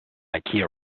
ikea